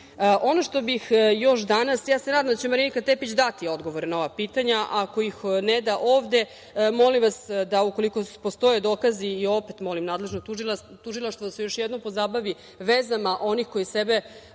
i očigledna je i saradnja. Nadam se da će Marinika Tepić dati odgovor na ova pitanja. Ako ih ne da ovde, molim vas da, ukoliko postoje dokaz i opet molim nadležno tužilaštvo da se još jednom pozabavi vezama onih koji sebe